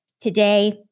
today